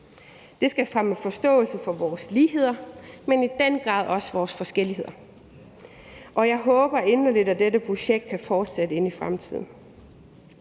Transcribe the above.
Det skal fremme forståelse for vores ligheder, men i den grad også vores forskelligheder. Jeg håber inderligt, at dette projekt kan fortsætte ind i fremtiden.